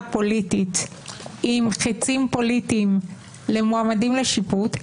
פוליטית עם חצים פוליטיים למועמדים לשיפוט?